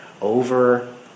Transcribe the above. over